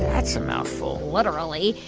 that's a mouthful literally.